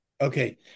Okay